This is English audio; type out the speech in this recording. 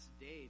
days